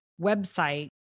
website